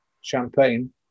champagne